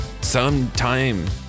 sometime